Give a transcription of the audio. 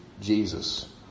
Jesus